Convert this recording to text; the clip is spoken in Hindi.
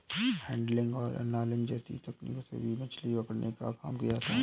हैंडलिंग और एन्गलिंग जैसी तकनीकों से भी मछली पकड़ने का काम किया जाता है